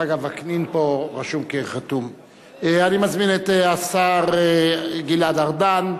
אני מזמין את השר גלעד ארדן,